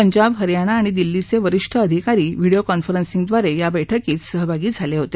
पंजाब हरियाणा आणि दिल्लीचे वरीष्ठ आधिकारी व्हिडिओ कॉन्फरसिंगद्वारे या बैठकीत सहभागी झाले होते